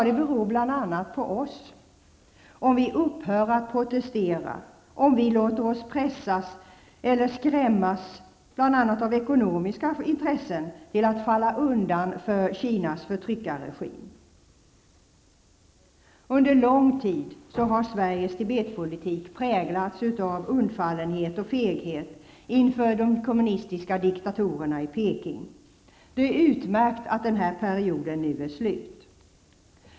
Det beror bl.a. på oss, på om vi upphör att protestera eller om vi på grund av ekonomiska intressen låter oss pressas eller skrämmas till att falla undan för Kinas förtryckarregim. Under en lång tid har Sveriges Tibetpolitik präglats av undfallenhet och feghet inför de kommunistiska diktatorerna i Peking. Det är utmärkt att den här perioden nu är slut.